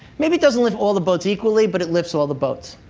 maybe it doesn't lift all the boats equally, but it lifts all the boats.